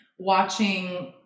watching